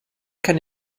kann